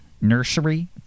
Nursery